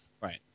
Right